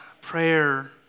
prayer